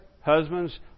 Husbands